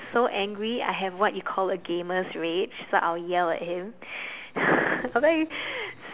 so angry I have what you call a gamer's rage so I'll yell at him I'll like